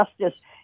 Justice